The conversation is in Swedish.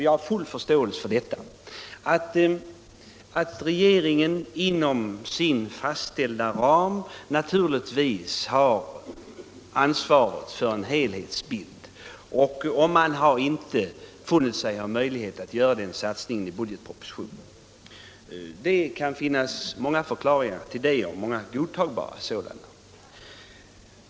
Jag har full förståelse för att regeringen inom sin fastställda ram naturligtvis har ansvaret för en helhetsbild, och man har inte funnit sig ha möjligheter att göra den här satsningen i budgetpropositionen. Det kan finnas många godtagbara förklaringar till det.